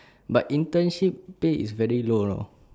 but internship pay is very low lor